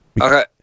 Okay